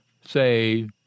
say